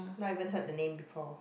not even heard the name before